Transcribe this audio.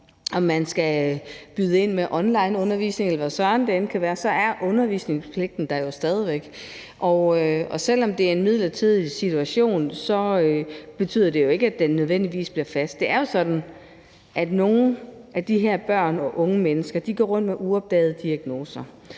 om man skal byde ind med onlineundervisning, eller hvad søren det end kan være, så er undervisningspligten der jo stadig væk. Og selv om det er en midlertidig situation, betyder det jo ikke nødvendigvis, at den bliver fast. Det er jo sådan, at nogle af de her børn og unge mennesker går rundt med uopdagede diagnoser,